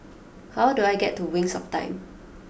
how do I get to Wings of Time